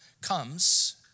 comes